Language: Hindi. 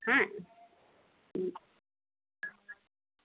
हैं